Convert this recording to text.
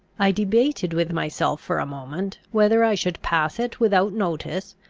i debated with myself for a moment, whether i should pass it without notice,